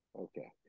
Okay